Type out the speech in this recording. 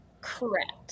Correct